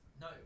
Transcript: No